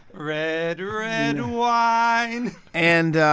red, red wine. and,